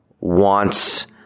wants